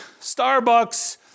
Starbucks